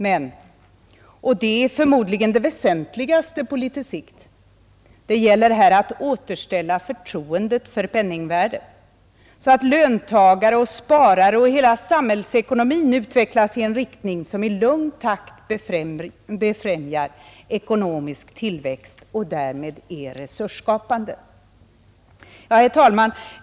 Men, och det är förmodligen det väsentligaste på litet sikt, det gäller här att återställa förtroendet för penningvärdet, så att löntagare och sparare och hela samhällsekonomin utvecklas i en riktning som i lugn takt befrämjar ekonomisk tillväxt och därmed är resursskapande. Herr talman!